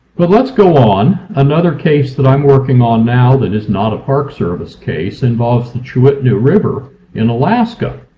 but let's go on to another case that i'm working on now that is not a park service case involves the ch'u'itnu river in alaska.